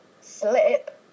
slip